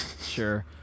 sure